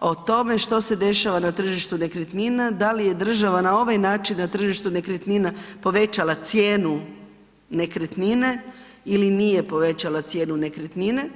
o tome što se dešava na tržištu nekretnina, da li je država na ovaj način na tržištu nekretnina povećala cijenu nekretnine ili nije povećala cijenu nekretnine.